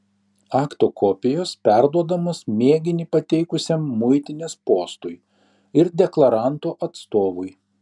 akto kopijos perduodamos mėginį pateikusiam muitinės postui ir deklaranto atstovui